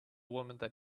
woman